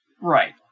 Right